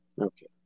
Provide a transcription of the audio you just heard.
Okay